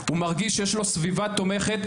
הוא מרגיש שיש לו סביבה תומכת,